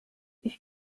ich